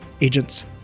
agents